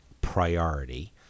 priority